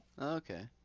Okay